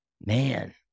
Man